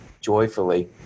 joyfully